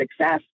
success